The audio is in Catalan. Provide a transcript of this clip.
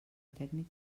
tècnic